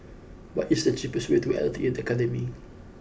what is the cheapest way to L T A Academy